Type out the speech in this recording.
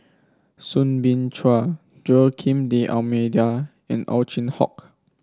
Soo Bin Chua Joaquim D'Almeida and Ow Chin Hock